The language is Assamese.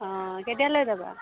অ কেতিয়ালৈ যাবা